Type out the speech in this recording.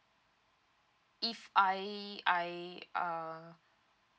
if I I uh